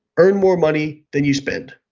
earn more money than you spend.